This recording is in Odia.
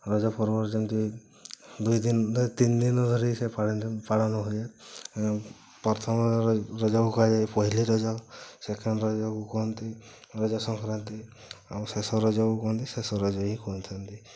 ରଜପର୍ବରେ ଯେମିତି ଦୁଇଦିନ ତିନିଦିନ ଧରି ସେ ପାଳନ ହୁଏ ପ୍ରଥମ ରଜକୁ କୁହାଯାଏ ପହିଲି ରଜ ସେକେଣ୍ଡ୍ ରଜକୁ କୁହନ୍ତି ରଜ ସଂକ୍ରାନ୍ତି ଆଉ ଶେଷ ରଜକୁ କୁହନ୍ତି ଶେଷ ରଜ ହିଁ କହିଥାନ୍ତି